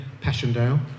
Passchendaele